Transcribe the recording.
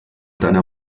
deiner